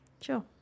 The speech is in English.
Sure